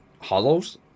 hollows